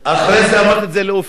אחרי זה אמרתי את זה לאופיר פינס.